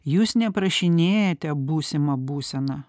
jūs neprašinėjate būsimą būseną